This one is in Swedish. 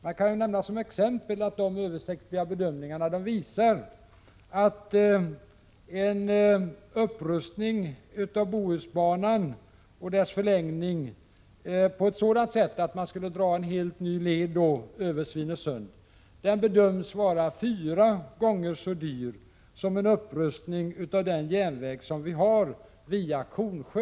Jag kan som exempel nämna att dessa översiktliga bedömningar visar att en upprustning av Bohusbanan och dess förlängning, på ett sådant sätt att man skulle dra en helt ny led över Svinesund, bedöms bli fyra gånger så dyr som en upprustning av den järnväg vi har via Kornsjö.